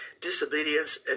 disobedience